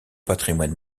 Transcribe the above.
patrimoine